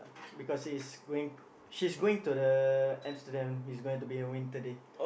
because is going she's going to the Amsterdam it's going to be a winter day